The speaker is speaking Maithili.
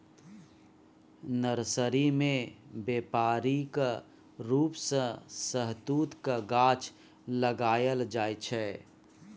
नर्सरी मे बेपारिक रुप सँ शहतुतक गाछ लगाएल जाइ छै